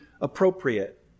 appropriate